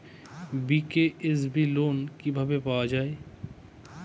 BKSB loan কিভাবে পাওয়া যাবে?